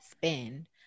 spend